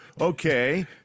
Okay